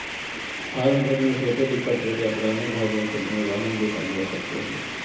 farm truck में छोटे pickup truck या पुराने भागों से बने वाहन भी शामिल हो सकते हैं